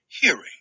hearing